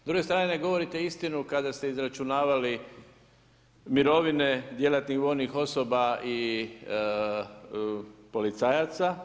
S druge strane ne govorite istinu kada ste izračunavali mirovine djelatnih vojnih osoba i policajaca.